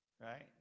right